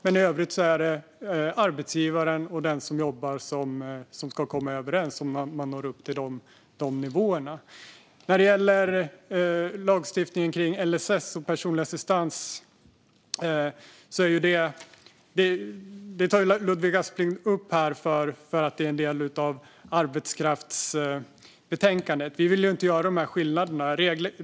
Men i övrigt är det arbetsgivaren och den som jobbar som ska komma överens, om man når upp till de nivåerna. Skärpta och förbätt-rade regler om arbets-kraftsinvandring och Arbetskraftsinvandring Lagstiftningen kring LSS och personlig assistans tar Ludvig Aspling upp för att det är en del av arbetskraftsbetänkandet. Vi vill ju inte göra de skillnaderna.